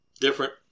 different